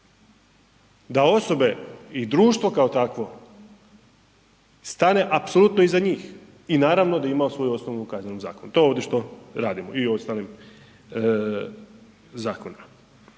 da osobe i društvo kao takvo stane apsolutno iza njih i naravno da ima svoju osnovu u Kaznenom zakonu, to je ovdje što radimo i ostalim zakonima.